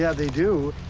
yeah they do.